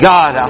God